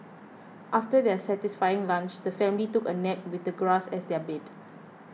after their satisfying lunch the family took a nap with the grass as their bed